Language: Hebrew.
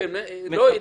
--- על הפרקליטות.